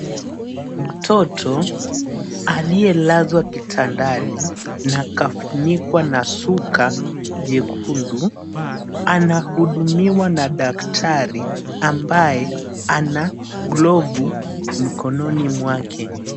Mtoto aliyelazwa kitandani na akafunikwa na shuka jekundu anahudumiwa na daktari ambaye ana glovu mkononi mwake.